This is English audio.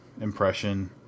impression